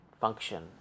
Function